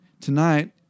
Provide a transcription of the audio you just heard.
tonight